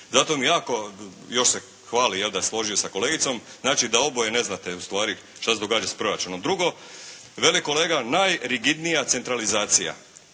Zato mi je jako, još se hvali jel, da se je složio sa kolegicom, znači da oboje ne znate ustvari što se događa sa proračunom. Drugo, veli kolega najrigidnija centralizacija